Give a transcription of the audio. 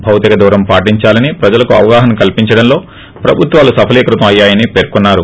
భౌతిక దూరం పాటిందాలని ప్రజలకు అవగాహన కల్పించడంలో ప్రభుత్వాలు సఫలీకృతం అయ్యాయని పేర్కొన్నారు